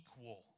equal